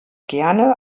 gerne